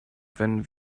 wenn